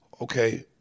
Okay